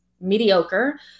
mediocre